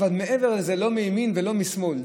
אבל מעבר לזה לא מימין ולא משמאל.